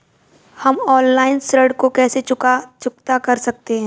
हम ऑनलाइन ऋण को कैसे चुकता कर सकते हैं?